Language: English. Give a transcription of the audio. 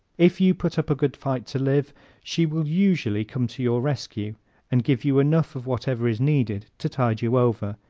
if you put up a good fight to live she will usually come to your rescue and give you enough of whatever is needed to tide you over.